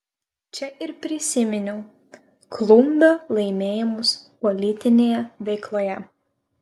čia ir prisiminiau klumbio laimėjimus politinėje veikloje